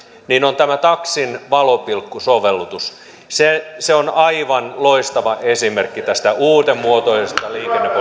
se on tämä taksin valopilkku sovellutus se se on aivan loistava esimerkki tästä uudenmuotoisesta